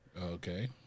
Okay